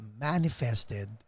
manifested